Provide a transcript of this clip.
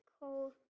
Cool